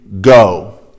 go